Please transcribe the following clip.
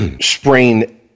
sprain